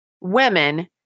women